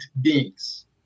beings